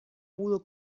pudo